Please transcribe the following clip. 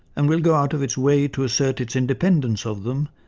and will go out of its way to assert its independence of them,